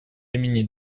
имени